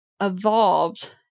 evolved